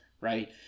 right